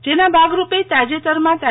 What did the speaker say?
જેના ભાગરૂપે તાજેતરમાં તા